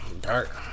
Dark